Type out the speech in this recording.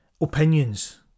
Opinions